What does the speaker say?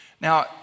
Now